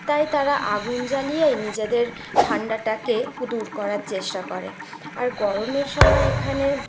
তাই তারা আগুন জ্বালিয়ে নিজেদের ঠান্ডাটাকে দূর করার চেষ্টা করে আর গরমের সময় এখানে